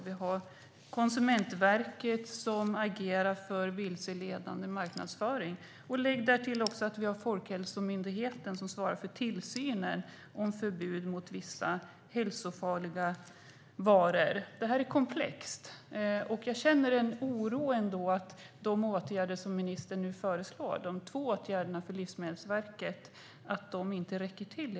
Vi har Konsumentverket, som agerar vid vilseledande marknadsföring. Lägg därtill Folkhälsomyndigheten, som svarar för tillsynen när det gäller förbud mot vissa hälsofarliga varor. Detta är komplext, och jag känner en oro för att de två åtgärder för Livsmedelsverket som ministern föreslår inte räcker till.